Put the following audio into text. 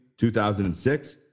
2006